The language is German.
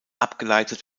abgeleitet